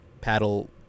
paddle